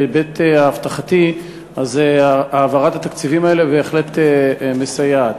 בהיבט האבטחתי העברת התקציבים האלה בהחלט מסייעת.